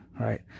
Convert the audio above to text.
right